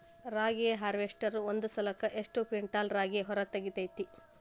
ರಾಗಿಯ ಹಾರ್ವೇಸ್ಟರ್ ಒಂದ್ ಸಲಕ್ಕ ಎಷ್ಟ್ ಕ್ವಿಂಟಾಲ್ ರಾಗಿ ಹೊರ ತೆಗಿತೈತಿ?